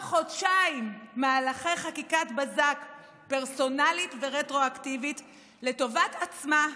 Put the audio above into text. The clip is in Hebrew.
חודשיים מהלכי חקיקת בזק פרסונלית ורטרואקטיבית לטובת עצמה,